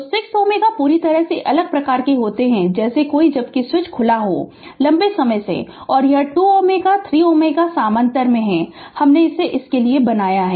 To 6 Ω पूरी तरह से अलग अलग प्रकार के होते हैं जैसे कोई भी जबकि जबकि स्विच खुला है लम्बे समय से और यह 2 Ω 3 Ω सामंतर में है हमने इसे इसके लिए बनाया है